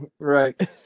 right